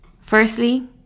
Firstly